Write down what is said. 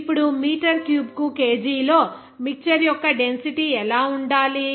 ఇప్పుడు మీటర్ క్యూబ్కు కేజీలో మిక్చర్ యొక్క డెన్సిటీ ఎలా ఉండాలి